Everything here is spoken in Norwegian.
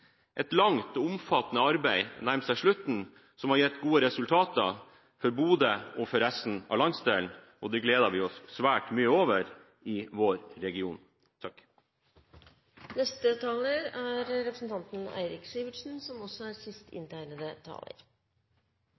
Et langt og omfattende arbeid, som har gitt gode resultater for Bodø og resten av landsdelen, nærmer seg slutten, og det gleder vi oss svært mye over i vår region. Jeg slutter meg til dem som sier at dette er